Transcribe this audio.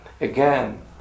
Again